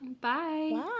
Bye